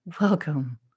Welcome